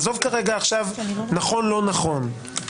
עזוב כרגע נכון או לא נכון,